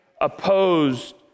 opposed